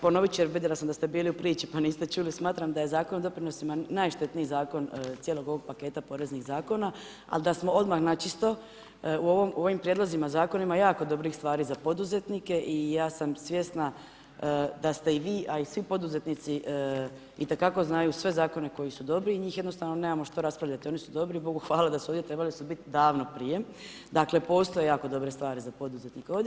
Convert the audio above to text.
Ponovit ću jer vidila sam da ste bili u priči pa niste čuli, smatram da je Zakon o doprinosima najštetniji zakon cijelog ovog paketa poreznih zakona, al da smo odmah na čisto u ovim prijedlozima zakona ima jako stvari za poduzetnike i ja sam svjesna da ste i vi a i svi poduzetnici i te kako znaju sve zakone koji su dobri i njih jednostavno nemamo što raspravljati, oni su dobri i bogu hvala da ovdje trebali su biti davno prije, dakle postoje jako dobre stvari za poduzetnike ovdje.